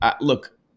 look